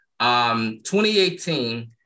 2018